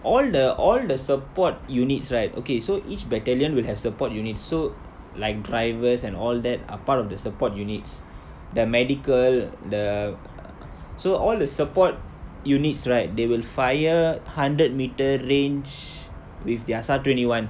all the all the support units right okay so each battalion will have support units so like drivers and all that are part of the support units the medical the so all the support units right they will fire hundred metre range with their S_A_R twenty one